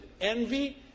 envy